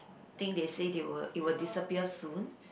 think they say they will it will disappear soon